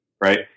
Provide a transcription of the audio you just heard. Right